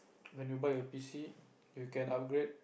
when you buy your P_C you can upgrade